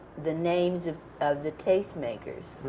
the names of of the tastemakers,